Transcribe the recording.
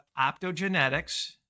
optogenetics